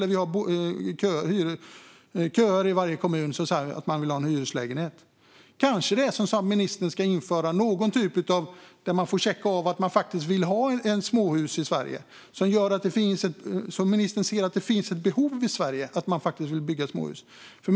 Det finns köande i varje kommun som vill ha en hyreslägenhet. Kanske ska ministern införa någon typ av kontroll av om man faktiskt vill ha ett småhus, så att ministern ser att det finns ett behov av att bygga småhus i Sverige.